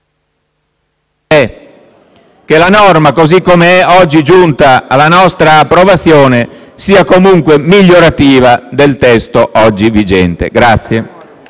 che la norma, così come è oggi giunta alla nostra approvazione, sia comunque migliorativa del testo vigente.